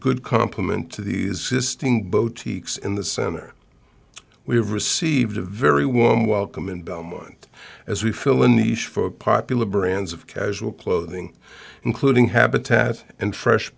good complement to these sistine boteach x in the center we have received a very warm welcome in belmont as we fill in these for a popular brands of casual clothing including habitat and fresh